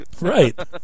Right